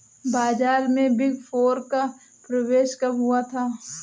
बाजार में big four का प्रवेश कब हुआ था?